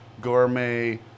gourmet